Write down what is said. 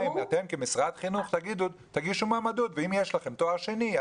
השאלה אם אתם כמשרד חינוך תגידו להם להגיש מועמדות ואם יש להם תואר שני,